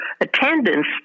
attendance